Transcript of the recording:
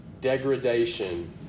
degradation